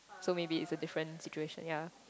so maybe it's a different situation ya